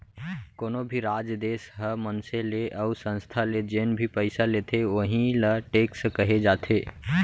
कोनो भी राज, देस ह मनसे ले अउ संस्था ले जेन भी पइसा लेथे वहीं ल टेक्स कहे जाथे